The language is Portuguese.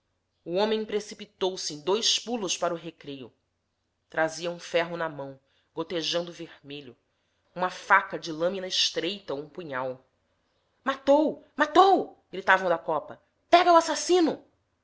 o homem precipitou-se em dois pulos para o recreio trazia um ferro na mão gotejando vermelho uma faca de lamina estreita ou um punhal matou matou gritavam da copa pega o assassino